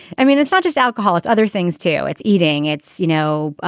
i mean, it's not just alcohol, it's other things, too it's eating. it's, you know,